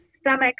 stomach